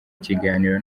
kiganiro